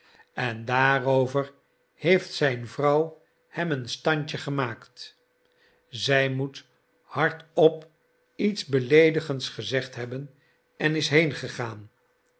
en daarover heeft zijn vrouw hem een standje gemaakt zij moet hardop iets beleedigends gezegd hebben en is heengegaan